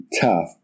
tough